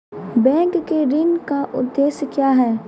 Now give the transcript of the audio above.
Bank के ऋण का उद्देश्य क्या हैं?